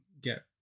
get